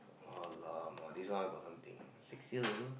!alamak! this one I got something six years ago